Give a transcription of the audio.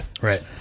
Right